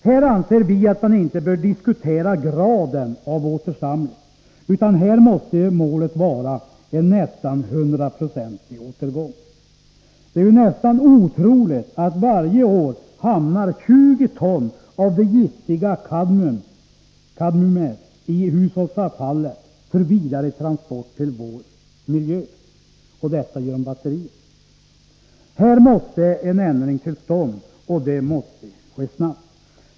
Här anser vi att man inte bör 7 december 1983 diskutera graden av återsamling, utan här måste målet vara en nästan hundraprocentig återgång. Det är nästan otroligt att 20 ton av det giftiga Tungmetaller i batkadmiumet varje år genom batterier hamnar i hushållsavfallet för vidare terier transport till vår miljö. Här måste en ändring komma till stånd, och en det måste ske snabbt.